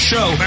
show